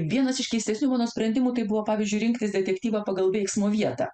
vienas iš keistesnių mano sprendimų tai buvo pavyzdžiui rinktis detektyvą pagal veiksmo vietą